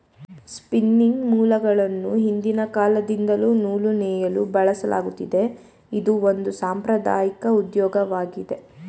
spinning ಮೂಲ್ಗಳನ್ನು ಹಿಂದಿನ ಕಾಲದಿಂದಲ್ಲೂ ನೂಲು ನೇಯಲು ಬಳಸಲಾಗತ್ತಿದೆ, ಇದು ಒಂದು ಸಾಂಪ್ರದಾಐಕ ಉದ್ಯೋಗವಾಗಿದೆ